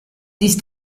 ist